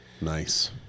Nice